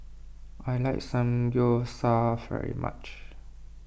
I like Samgeyopsal very much